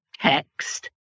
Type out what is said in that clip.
text